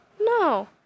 No